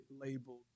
labeled